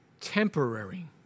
temporary